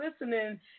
listening